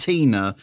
Tina